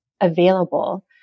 available